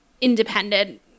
independent